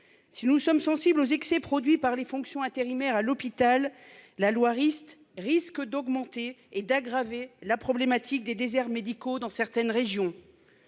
Si nous sommes sensibles aux excès produit par les fonctions intérimaires à l'hôpital. La loi Rist risquent d'augmenter et d'aggraver la problématique des déserts médicaux dans certaines régions.